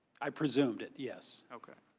i presumed it yes. okay.